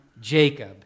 Jacob